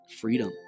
Freedom